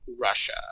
Russia